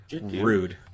Rude